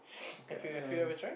okay